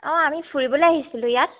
অঁ আমি ফুৰিবলে আহিছিলোঁ ইয়াত